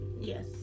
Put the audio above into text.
Yes